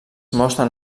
mostren